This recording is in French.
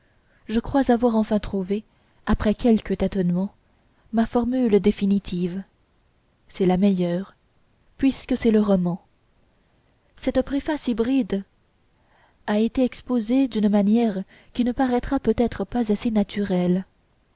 je crois avoir enfin trouvé après quelques tâtonnements ma formule définitive c'est la meilleure puisque c'est le roman cette préface hybride a été exposée d'une manière qui ne paraîtra peut-être pas assez naturelle